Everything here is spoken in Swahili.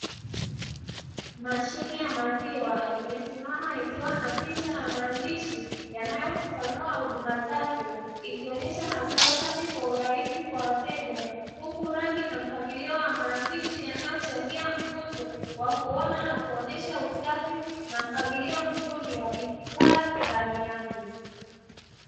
Mashine ya maziwa imesimama ikiwa na picha na maandishi yanayofafanua huduma zake ikionyesha maziwa safi kwa urahisi kwa wateja, huku rangi na mpangilio wa maandishi yanayochangia mvuto wa kuona na kuonyesha usafi na mpangilio mzuri wa bidhaa ndani yake.